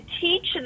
teach